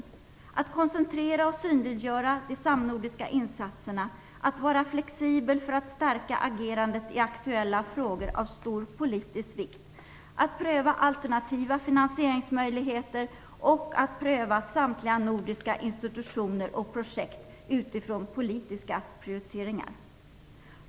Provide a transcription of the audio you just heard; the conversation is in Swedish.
Man bör dessutom koncentrera och synliggöra de samnordiska insatserna, vara flexibel för att stärka agerandet i aktuella frågor av stor politisk vikt och pröva alternativa finansieringsmöjligheter. Samtliga nordiska institutioner och projekt skall prövas utifrån politiska prioriteringar.